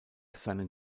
seinen